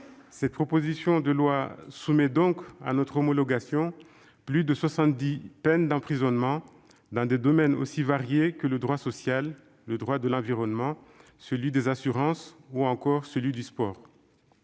cette proposition de loi soumet donc à notre homologation plus de 70 peines d'emprisonnement dans des domaines aussi variés que le droit social, le droit de l'environnement, celui des assurances ou encore celui du sport.